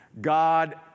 God